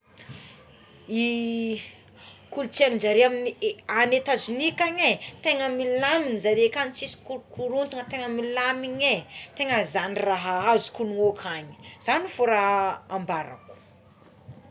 Ny kolontsainjareo amin'ny any Etats Unis akany tegna milaminy zareo akagny tsy misy korokorotana tegna milamigné tegna zany raha azoko hono akany za fogna raha ambarako.